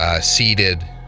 seated